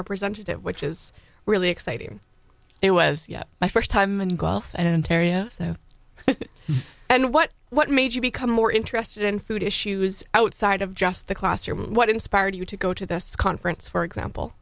representative which is really exciting it was my first time in golf and teria so and what what made you become more interested in food issues outside of just the classroom what inspired you to go to this conference for example